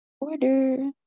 order